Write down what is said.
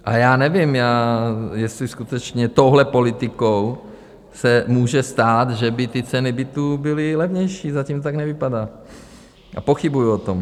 A já nevím, jestli skutečně touhle politikou se může stát, že by ty ceny bytů byly levnější, zatím tak nevypadá a pochybuji o tom.